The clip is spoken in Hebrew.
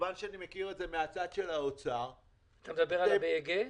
אתה מדבר על ה-BEG?